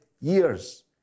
years